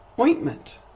ointment